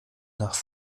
nach